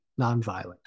nonviolent